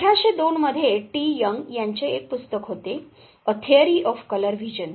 1802 मध्ये T Young यांचे एक पुस्तक होते A theory of colour vision